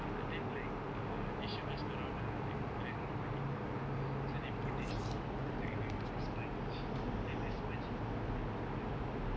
ya and then like uh they showed uh around lah like got the hydroponic all so they put they seed into like the sponge and then the sponge they put into the tube kan